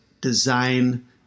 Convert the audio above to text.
design